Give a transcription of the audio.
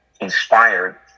inspired